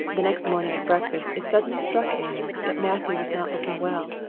the next morning at breakfast it suddenly struck anne that matthew was not looking well.